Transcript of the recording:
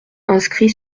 inscrit